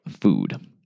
food